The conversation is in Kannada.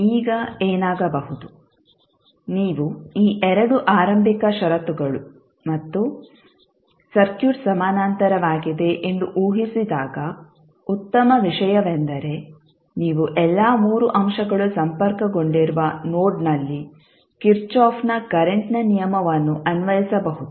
ಈಗ ಏನಾಗಬಹುದು ನೀವು ಈ ಎರಡು ಆರಂಭಿಕ ಷರತ್ತುಗಳು ಮತ್ತು ಸರ್ಕ್ಯೂಟ್ ಸಮಾನಾಂತರವಾಗಿದೆ ಎಂದು ಊಹಿಸಿದಾಗ ಉತ್ತಮ ವಿಷಯವೆಂದರೆ ನೀವು ಎಲ್ಲಾ 3 ಅಂಶಗಳು ಸಂಪರ್ಕಗೊಂಡಿರುವ ನೋಡ್ನಲ್ಲಿ ಕಿರ್ಚಾಫ್ನ ಕರೆಂಟ್ನ ನಿಯಮವನ್ನು ಅನ್ವಯಿಸಬಹುದು